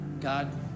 God